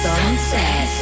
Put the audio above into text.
Sunset